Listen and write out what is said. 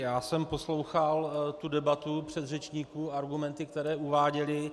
Já jsem poslouchal debatu předřečníků, argumenty, které tady uváděli.